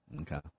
Okay